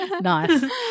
Nice